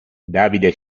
davide